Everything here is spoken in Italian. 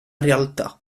realtà